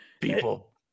people